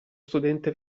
studente